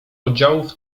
oddziałów